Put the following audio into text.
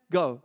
go